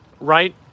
right